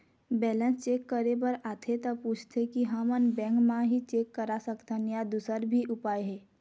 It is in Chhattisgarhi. बैलेंस चेक करे बर आथे ता पूछथें की हमन बैंक मा ही चेक करा सकथन या दुसर भी उपाय हे?